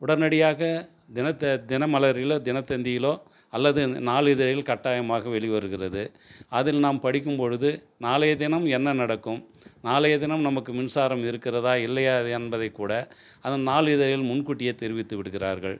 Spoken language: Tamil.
உடனடியாக தினத்த தினமலரிலோ தினத்தந்தியிலோ அல்லது நாளிதழில் கட்டாயமாக வெளி வருகிறது அதில் நாம் படிக்கும்பொழுது நாளைய தினம் என்ன நடக்கும் நாளைய தினம் நமக்கு மின்சாரம் இருக்கிறதா இல்லையா என்பதைக்கூட அந்த நாளிதழில் முன்கூட்டியே தெரிவித்து விடுகிறார்கள்